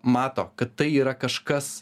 mato kad tai yra kažkas